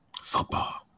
football